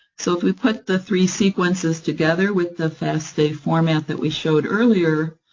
so if we put the three sequences together with the fasta format that we showed earlier,